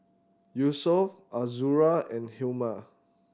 Yusuf Azura and Hilmi